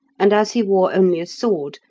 and as he wore only a sword,